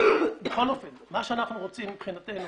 בכל אופן, מה שאנחנו רוצים מבחינתנו,